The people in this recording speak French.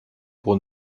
pour